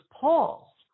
Paul